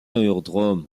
aérodrome